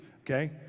Okay